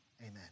Amen